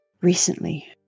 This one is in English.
recently